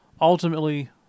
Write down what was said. ultimately